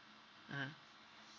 mmhmm